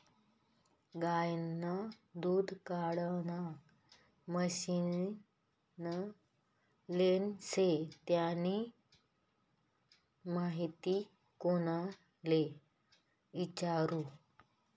गायनं दूध काढानं मशीन लेनं शे त्यानी माहिती कोणले इचारु?